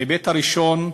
ההיבט הראשון,